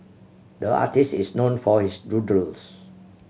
the artist is known for his doodles